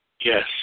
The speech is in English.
Yes